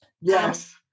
Yes